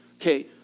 okay